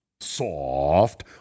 Soft